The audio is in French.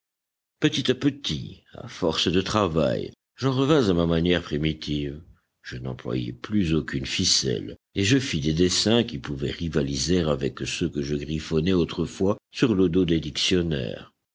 petit à petit à force de travail j'en revins à ma manière primitive je n'employai plus aucune ficelle et je fis des dessins qui pouvaient rivaliser avec ceux que je griffonnais autrefois sur le dos des dictionnaires